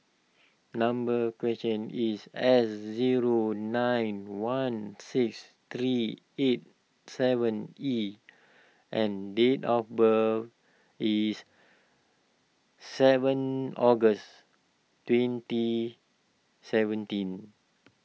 number question is S zero nine one six three eight seven E and date of birth is seven August twenty seventeen